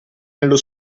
nello